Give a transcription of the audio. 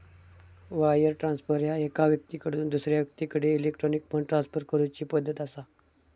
wire transfer ह्या एका व्यक्तीकडसून दुसरा व्यक्तीकडे इलेक्ट्रॉनिक फंड ट्रान्सफर करूची पद्धत असा